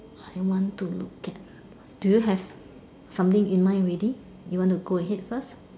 I want to look at do you have something in mind already you want to go ahead first